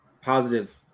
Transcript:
positive